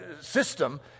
system